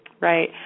Right